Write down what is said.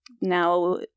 now